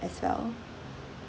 as well